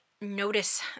notice